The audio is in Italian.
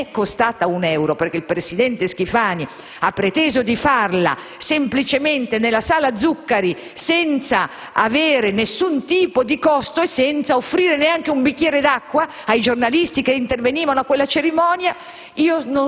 non è costata un euro, perché il presidente Schifani ha preteso di farla semplicemente nella sala Zuccari, senza nessun tipo di costo e senza offrire neanche un bicchiere d'acqua ai giornalisti che intervenivano a quella cerimonia;